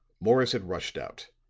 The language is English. morris had rushed out.